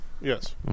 yes